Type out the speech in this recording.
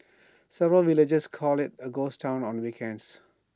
several villagers call IT A ghost Town on weekends